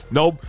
Nope